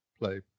play